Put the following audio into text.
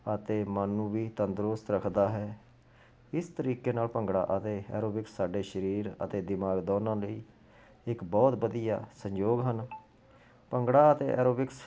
ਅਤੇ ਮਨ ਨੂੰ ਵੀ ਤੰਦਰੁਸਤ ਰੱਖਦਾ ਹੈ ਇਸ ਤਰੀਕੇ ਨਾਲ ਭੰਗੜਾ ਅਤੇ ਐਰੋਬਿਕਸ ਸਾਡੇ ਸਰੀਰ ਅਤੇ ਦਿਮਾਗ ਦੋਵਾਂ ਲਈ ਇੱਕ ਬਹੁਤ ਵਧੀਆ ਸੰਯੋਗ ਹਨ ਭੰਗੜਾ ਅਤੇ ਐਰੋਬਿਕਸ